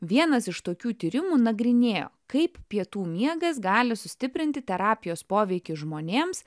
vienas iš tokių tyrimų nagrinėjo kaip pietų miegas gali sustiprinti terapijos poveikį žmonėms